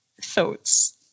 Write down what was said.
thoughts